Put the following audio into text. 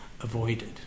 avoided